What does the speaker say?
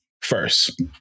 first